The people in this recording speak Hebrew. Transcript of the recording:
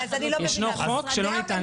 יש חוק שלא ניתן